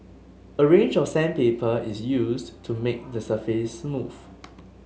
a range of sandpaper is used to make the surface smooth